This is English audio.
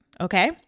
okay